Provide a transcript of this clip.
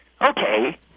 okay